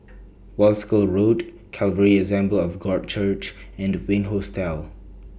Wolskel Road Calvary Assembly of God Church and Wink Hostel